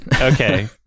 Okay